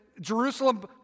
Jerusalem